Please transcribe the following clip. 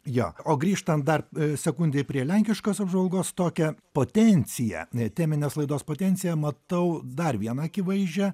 jo o grįžtant dar sekundei prie lenkiškos apžvalgos tokią potenciją teminės laidos potenciją matau dar vieną akivaizdžią